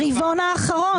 ברבעון האחרון.